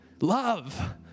Love